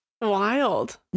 Wild